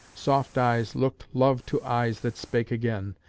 soft eyes looked love to eyes that spake again,